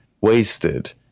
wasted